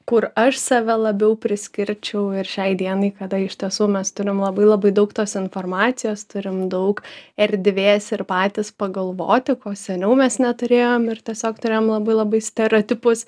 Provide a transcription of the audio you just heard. kur aš save labiau priskirčiau ir šiai dienai kada iš tiesų mes turim labai labai daug tos informacijos turim daug erdvės ir patys pagalvoti ko seniau mes neturėjom ir tiesiog turėjom labai labai stereotipus